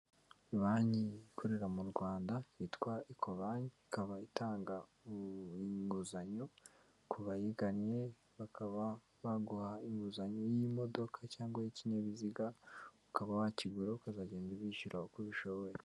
Banki ikorera mu Rwanda yitwa Ecobank, ikaba itanga inguzanyo ku bayigannye, bakaba baguha inguzanyo y'imodoka cyangwa y'ikinyabiziga, ukaba wakigura ukazagenda wishyura uko ubishoboye.